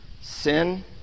sin